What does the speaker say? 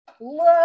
Look